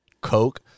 Coke